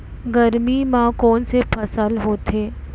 गरमी मा कोन से फसल होथे?